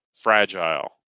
fragile